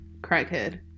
crackhead